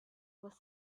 was